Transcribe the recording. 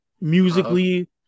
musically